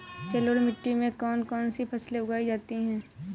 जलोढ़ मिट्टी में कौन कौन सी फसलें उगाई जाती हैं?